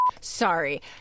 Sorry